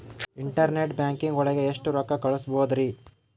Internet banking ಒಳಗೆ ಎಷ್ಟ್ ರೊಕ್ಕ ಕಲ್ಸ್ಬೋದ್ ರಿ?